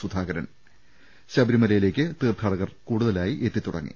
സു ധാകരൻ ശബരിമലയിലേക്ക് തീർത്ഥാടകർ കൂടുതലായി എത്തിത്തുടങ്ങി